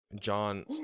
John